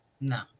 no